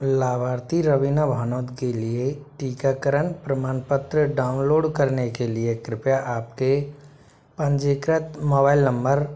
लाभार्थी रवीना भनोत के लिए टीकाकरण प्रमाण पत्र डाउनलोड करने के लिए कृपया आपके पंजीकृत मोबाइल नंबर